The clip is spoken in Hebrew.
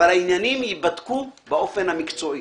אבל העניינים ייבדקו באופן מקצועי.